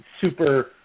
super